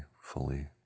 fully